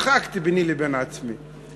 צחקתי ביני לבין עצמי.